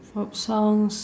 pop songs